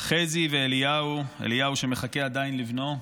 וחזי ואליהו, אליהו שמחכה עדיין לבנו,